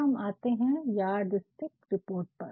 फिर हम आते है यार्डस्टिक रिपोर्ट पर